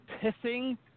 pissing